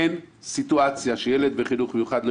אין סיטואציה שילד בחינוך מיוחד לא